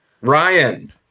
Ryan